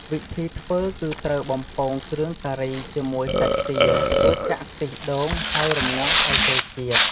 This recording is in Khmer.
វិធីធ្វើគឺត្រូវបំពងគ្រឿងការីជាមួយសាច់ទា រួចចាក់ខ្ទិះដូង ហើយរំងាស់ឱ្យចូលជាតិ។